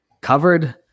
covered